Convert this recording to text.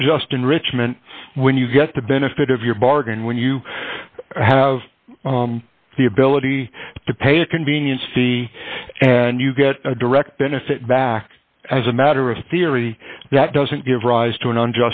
unjust enrichment when you get the benefit of your bargain when you have the ability to pay a convenience fee and you get a direct benefit back as a matter of theory that doesn't give